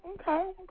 okay